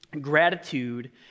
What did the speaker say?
Gratitude